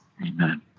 amen